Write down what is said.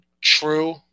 true